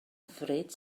hyfryd